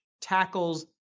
tackles